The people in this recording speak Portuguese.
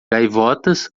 gaivotas